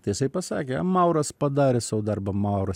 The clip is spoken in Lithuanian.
tai jisai pasakė mauras padarė sau darbą mauras